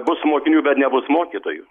bus mokinių bet nebus mokytojų